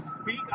speak